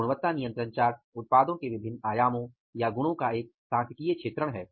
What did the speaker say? तो गुणवत्ता नियंत्रण चार्ट उत्पादों के विभिन्न आयामों या गुणों का एक सांख्यिकीय क्षेत्रण है